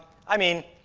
i mean,